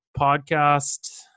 podcast